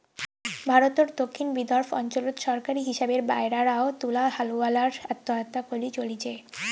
ভারতর দক্ষিণ বিদর্ভ অঞ্চলত সরকারী হিসাবের বায়রাও তুলা হালুয়ালার আত্মহত্যা করি চলিচে